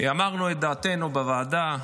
אמרנו את דעתנו בוועדה.